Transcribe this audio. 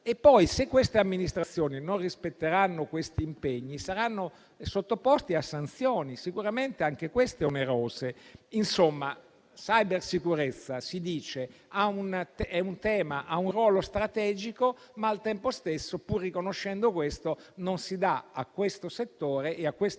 Se poi queste amministrazioni non rispetteranno questi impegni, saranno sottoposte a sanzioni, sicuramente anche queste onerose. Insomma, si dice che la cybersicurezza ha un ruolo strategico, ma al tempo stesso, pur riconoscendo questo, non si danno, a tale settore e alle